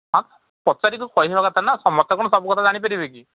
ହଁ ପଚାରିିଲୁ କହିବା କଥା ନା ସମସ୍ତେ କ'ଣ ସବୁ କଥା ଜାଣିପାରିବେ କି